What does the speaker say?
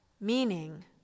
meaning